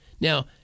Now